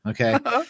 okay